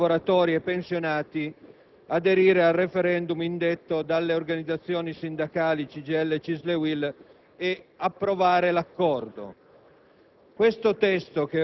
circa 5 milioni di lavoratori e pensionati aderire al *referendum* indetto dalle organizzazioni sindacali CGIL, CISL e UIL e approvare l'accordo.